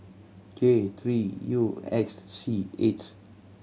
J three U X C eight